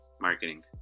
marketing